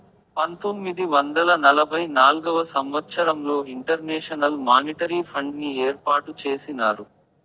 పంతొమ్మిది వందల నలభై నాల్గవ సంవచ్చరంలో ఇంటర్నేషనల్ మానిటరీ ఫండ్ని ఏర్పాటు చేసినారు